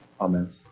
Amen